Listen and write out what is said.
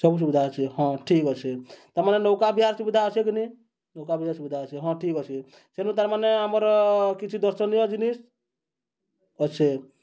ସବୁ ସୁବିଧା ଅଛେ ହଁ ଠିକ୍ ଅଛେ ତାର୍ମାନେ ନୌକା ବିହାର ସୁବିଧା ଅଛେ କିନି ନୌକା ବିହାର ସୁବିଧା ଅଛେ ହଁ ଠିକ୍ ଅଛେ ତେଣୁ ତାର୍ମାନେ ଆମର୍ କିଛି ଦର୍ଶନୀୟ ଜିନିଷ୍ ଅଛେ